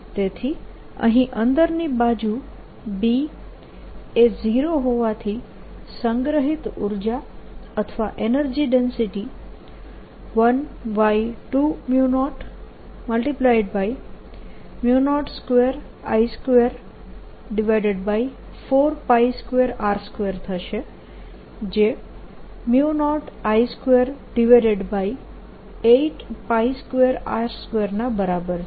તેથી અહીં અંદરની બાજુ B એ 0 હોવાથી સંગ્રહિત ઉર્જા અથવા એનર્જી ડેન્સિટી 12002I242r2 થશે જે 0I282r2 ના બરાબર છે